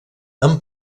amb